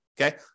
Okay